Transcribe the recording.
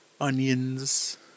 onions